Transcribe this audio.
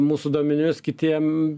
mūsų duomenimis kitiem